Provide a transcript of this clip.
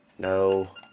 No